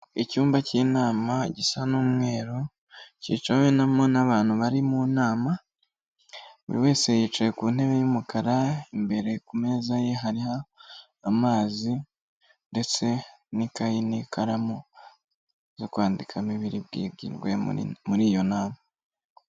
Icyumba k'inama gisa n'umweru, kicawemo n'abantu bari mu nama, buri wese yicaye ku ntebe y'umukara, imbere ku meza ye hariho amazi ndetse n'ikayi n'ikaramu zo kwandikamo ibi bwigirwe muri iyo nama.